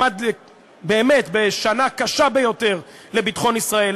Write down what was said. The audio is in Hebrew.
עמד באמת בשנה קשה ביותר לביטחון ישראל,